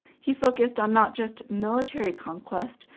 he focused on not just military conquest,